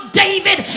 david